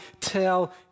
tell